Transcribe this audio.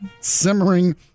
simmering